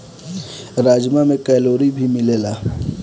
राजमा में कैलोरी भी मिलेला